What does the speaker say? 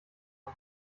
ein